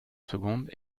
seconde